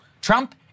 Trump